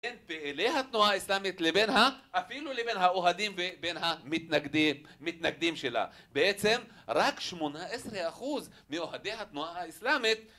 פעילי התנועה האסלאמית לבין ה... אפילו לבין האוהדים ובין המתנגדים, מתנגדים שלה. בעצם רק שמונה עשרה אחוז מאוהדי התנועה האסלאמית